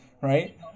right